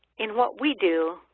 and what we do,